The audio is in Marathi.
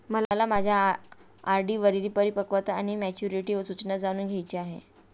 मला माझ्या आर.डी वरील परिपक्वता वा मॅच्युरिटी सूचना जाणून घ्यायची आहे